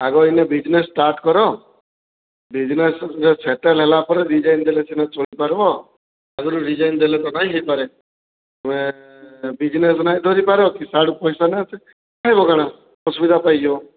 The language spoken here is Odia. ଆଗ ଇନେ ବିଜିନେସ ଷ୍ଟାର୍ଟ କର ବିଜିନେସ ସେଟେଲ ହେଲା ପରେ ରିଜାଇନ ଦେଲେ ସିନା ଚଳିପାରବ ଆଗରୁ ରିଜାଇନ ଦେଲେ ତ ନାଇଁ ହେଇ ପାରେ ତମେ ବିଜିନେସ ନାଇଁ କରି ପାର ସା'ଡ଼ୁ ପଇସା ନାଇଁ ଆସିଲେ ଖାଇବ କାଣା ଅସୁବିଧା ତ ହେଇଯିବ